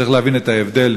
צריך להבין את ההבדל.